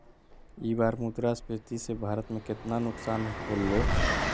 ई बार मुद्रास्फीति से भारत में केतना नुकसान होलो